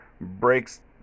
breaks